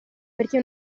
perché